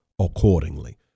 accordingly